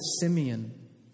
Simeon